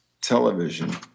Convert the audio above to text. television